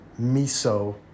miso